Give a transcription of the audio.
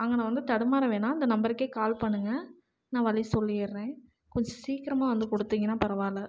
அங்கன வந்து தடுமாற வேணாம் இந்த நம்பருக்கே கால் பண்ணுங்கள் நான் வழி சொல்லிடுறேன் கொஞ்ச சீக்கிரமாக வந்து கொடுத்தீங்கன்னா பரவாயில்ல